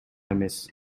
эмес